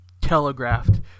telegraphed